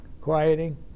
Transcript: quieting